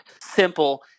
simple